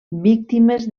víctimes